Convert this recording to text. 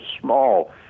small